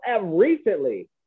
recently